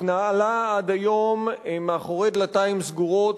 התנהלה עד היום מאחורי דלתיים סגורות,